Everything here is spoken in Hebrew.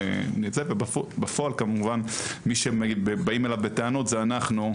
בפועל כמובן מי שבאים אליו בטענות זה אנחנו,